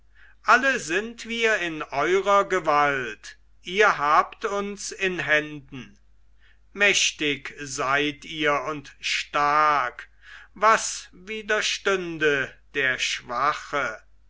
alle sind wir in eurer gewalt ihr habt uns in händen mächtig seid ihr und stark was widerstände der schwache